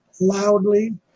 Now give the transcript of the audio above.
loudly